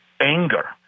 anger